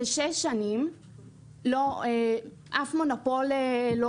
שכבר שש שנים אף מונופול לא